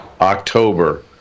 October